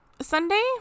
Sunday